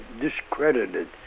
discredited